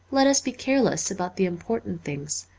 let us be careless about the important things,